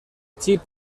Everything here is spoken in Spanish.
chip